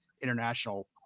international